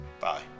bye